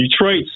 Detroit